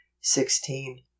sixteen